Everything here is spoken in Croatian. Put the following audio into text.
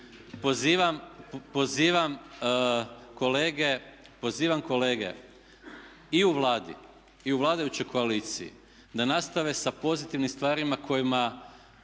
pozivam kolege i u Vladi, i u vladajućoj koaliciji da nastave sa pozitivnim stvarima kojih